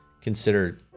consider